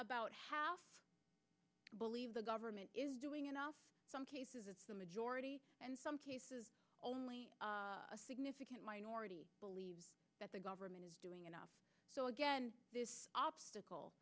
bout how believe the government is doing in some cases of the majority in some cases only a significant minority believe that the government is doing enough so again this obstacle